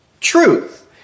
truth